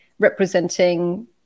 Representing